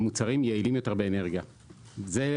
מוצרים יעילים יותר באנרגיה -- מצוין.